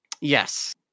Yes